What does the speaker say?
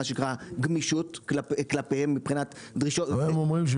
גמישות כלפיהם --- הם אומרים,